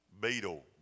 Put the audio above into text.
Beetle